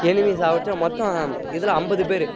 எனிமீயை சாகடிச்சா மொத்தம் இதில் ஐம்பது பேர்